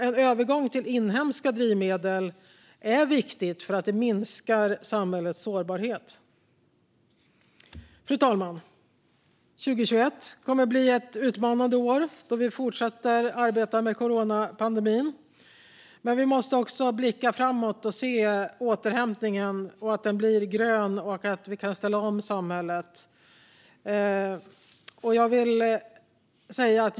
En övergång till inhemska drivmedel är viktigt eftersom det minskar samhällets sårbarhet. Fru talman! År 2021 kommer att bli ett utmanande år då vi fortsätter att hantera coronapandemin. Men vi måste också rikta blickarna framåt mot en grön återhämtning och omställning. Fru talman!